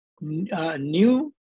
new